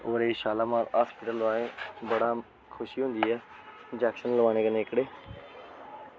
होर शालामार हॉस्पिटल दा बड़ी खुशी होंदी ऐ इंजेक्शन लोआनै कन्नै एह्कड़े